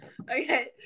Okay